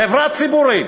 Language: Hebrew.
חברה ציבורית,